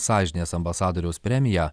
sąžinės ambasadoriaus premiją